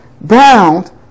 bound